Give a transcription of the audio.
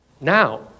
now